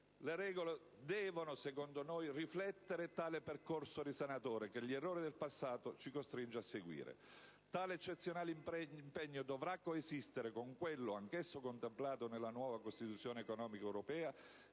Le regole devono, secondo noi, riflettere tale percorso risanatore che gli errori del passato ci costringono a seguire. Tale eccezionale impegno dovrà coesistere con quello, anch'esso contemplato nella nuova costituzione economica europea,